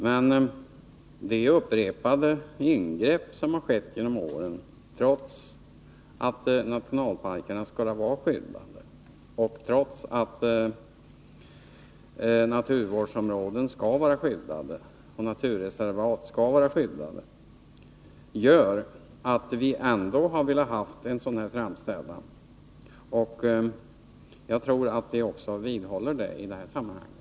Men de upprepade ingrepp som har skett genom åren — trots att nationalparkerna skall vara skyddade och trots att naturvårdsområdena och naturreservaten skall vara skyddade — har medfört att vi ändå har velat göra denna framställning. Vi vidhåller det vi framfört i det sammanhanget.